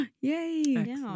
Yay